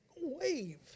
wave